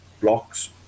blocks